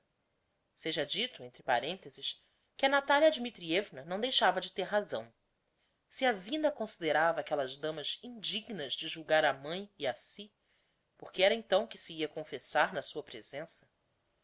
seja dito entre parenteses que a natalia dmitrievna não deixava de ter razão se a zina considerava aquellas damas indignas de julgar á mãe e a si por que era então que se ia confessar na sua presença